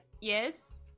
yes